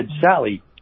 sally